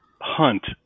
hunt